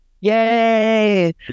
Yay